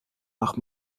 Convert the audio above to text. nach